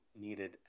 needed